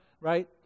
right